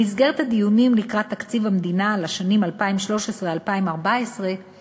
במסגרת הדיונים לקראת תקציב המדינה לשנים 2013 2014 הוסכם